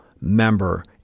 member